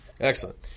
Excellent